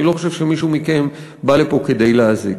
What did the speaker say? אני לא חושב שמישהו מכם בא לפה כדי להזיק.